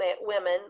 women